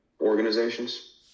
organizations